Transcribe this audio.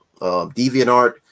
DeviantArt